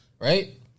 Right